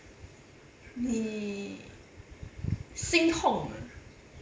心痛 ah